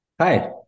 Hi